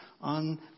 on